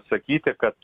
sakyti kad